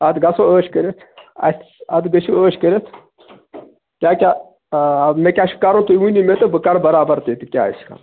اَدٕ گژھَو ٲش کٔرِتھ اَسہِ اَدٕ گٔژھو ٲش کٔرِتھ کیٛاہ کیٛاہ مےٚ کیٛاہ چھُ کَرُن تُہۍ ؤنِو مےٚ تہِ بہٕ کَرٕ برابر تِتہِ کیٛاہ آسہِ